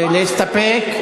להסתפק.